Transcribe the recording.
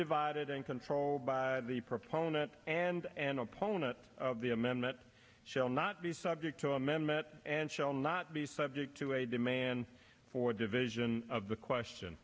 divided and controlled by the proponent and an opponent of the amendment shall not be subject to amendment and shall not be subject to a demand for division of the question